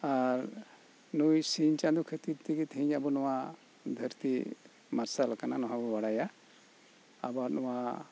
ᱟᱨ ᱱᱩᱭ ᱥᱤᱧ ᱪᱟᱸᱫᱳ ᱠᱷᱟᱹᱛᱤᱨ ᱛᱮᱜᱤ ᱛᱮᱦᱮᱧ ᱟᱵᱩ ᱱᱚᱣᱟ ᱫᱷᱟᱹᱨᱛᱤ ᱢᱟᱨᱥᱟᱞ ᱟᱠᱟᱱᱟ ᱱᱚᱣᱟ ᱦᱚᱵᱚᱱ ᱵᱟᱲᱟᱭᱟ ᱟᱵᱩᱣᱟᱜ ᱱᱚᱣᱟ